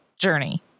journey